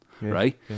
Right